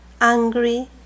angry